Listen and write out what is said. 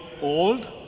old